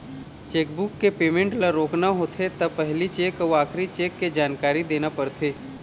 chequebook के payment ल रोकना होथे त पहिली चेक अउ आखरी चेक के जानकारी देना परथे